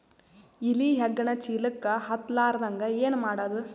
ಇಲಿ ಹೆಗ್ಗಣ ಚೀಲಕ್ಕ ಹತ್ತ ಲಾರದಂಗ ಏನ ಮಾಡದ?